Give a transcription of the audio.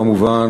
כמובן,